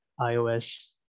iOS